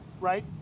right